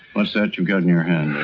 what's that you've got in your hand?